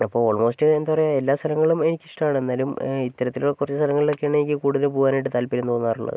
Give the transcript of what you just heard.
അപ്പോൾ ഓൾമോസ്റ്റ് എന്താണ് പറയുക എല്ലാ സ്ഥലങ്ങളും എനിക്ക് ഇഷ്ടമാണ് എന്നാലും ഇത്തരത്തിലുള്ള കുറച്ച് സ്ഥലങ്ങളിലൊക്കെയാണ് എനിക്ക് കൂടുതലും പോകാനായിട്ട് താല്പര്യം തോന്നാറുള്ളത്